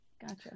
Gotcha